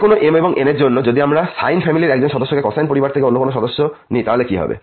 যে কোন m n এর জন্য যদি আমরা সাইন ফ্যামিলির একজন সদস্যকে কোসাইন পরিবার থেকে অন্য সদস্য নিই তাহলে কি হবে